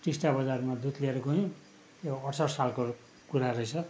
टिस्टा बजारमा दुध ल्याएर गयौँ त्यो अठसट्ठी सालको कुरा रहेछ